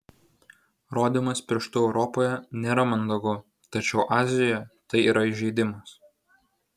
rodymas pirštu europoje nėra mandagu tačiau azijoje tai yra įžeidimas